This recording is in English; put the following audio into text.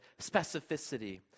specificity